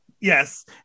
yes